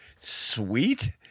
sweet